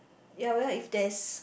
ya well if there's